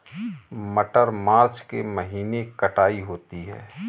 मटर मार्च के महीने कटाई होती है?